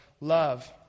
love